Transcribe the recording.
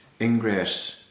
ingress